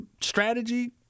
strategy